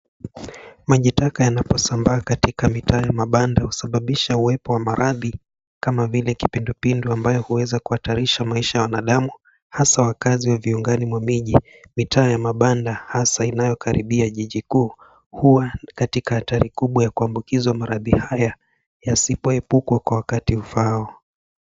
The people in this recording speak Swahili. Maji taka yanaposambaa katika mitaa ya mabanda husababisha uwepo wa maradhi kama vile kipindupindu ambayo huweza kuhatarisha maisha ya wanadamu hasa wakaazi wa viungani mwa miji. Mitaa ya mabanda hasa inayokaribia miji kuu huwa katila hatari kubwa ya kuambukizwa maradhi haya yasipoepukwa kwa wakati ufaao.